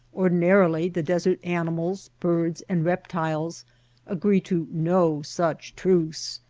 ordinarily the desert animals, birds, and rep tiles agree to no such truce.